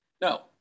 No